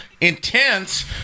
intense